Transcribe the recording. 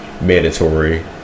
mandatory